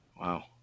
Wow